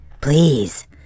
Please